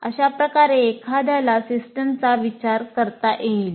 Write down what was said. अशाप्रकारे एखाद्याला सिस्टमचा विचार करता येईल